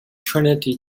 trinity